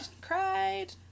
cried